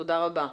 תודה רבה.